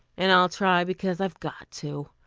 and i'll try because i've got to,